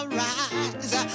rise